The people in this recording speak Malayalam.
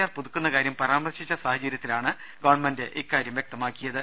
ആർ പുതുക്കുന്ന കാര്യം പരാമർശിച്ച സാഹചര്യത്തിലാണ് ഗവൺമെന്റ് ഇക്കാര്യം വൃക്തമാക്കിയത്